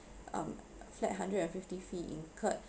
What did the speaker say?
um flat hundred and fifty fee incurred